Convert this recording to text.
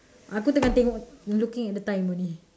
aku tengah tengok looking at the time only